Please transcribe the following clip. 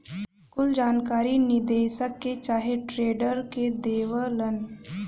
कुल जानकारी निदेशक के चाहे ट्रेडर के देवलन